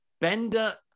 Bender